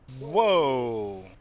whoa